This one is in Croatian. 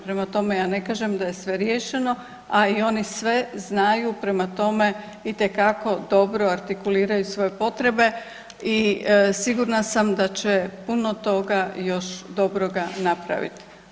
Prema tome, ja ne kažem da je sve riješeno, a i oni sve znaju, prema tome, itekako dobro artikuliraju svoje potrebe i sigurna sam da će puno toga još dobroga napraviti.